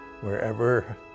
wherever